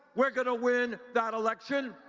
we are going to win that election.